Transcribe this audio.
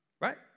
right